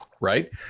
right